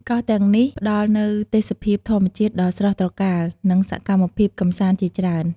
កោះទាំងនេះផ្តល់នូវទេសភាពធម្មជាតិដ៏ស្រស់ត្រកាល និងសកម្មភាពកម្សាន្តជាច្រើន។